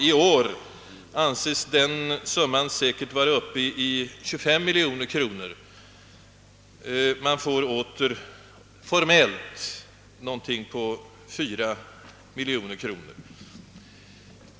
I år anses summan säkerligen komma upp i 25 miljoner kronor, Båtägarna återfår formellt omkring 4 miljoner kronor.